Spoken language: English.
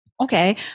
Okay